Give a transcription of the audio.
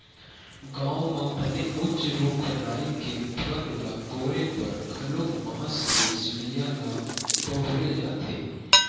गाँव म बने उच्च रूख राई के फर ल तोरे बर घलोक बांस के सिड़िया ल बउरे जाथे